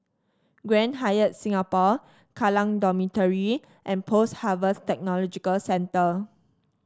Grand Hyatt Singapore Kallang Dormitory and Post Harvest Technology Centre